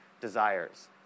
desires